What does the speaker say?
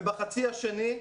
ובחצי השני,